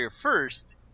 first